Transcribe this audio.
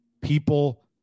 people